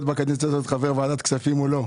בקדנציה הזאת חבר ועדת הכספים או לא ...